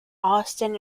austin